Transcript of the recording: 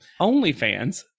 OnlyFans